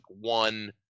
one